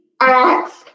ask